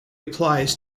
applies